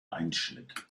einschnitt